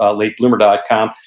ah latebloomer dot com.